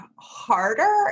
harder